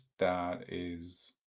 that is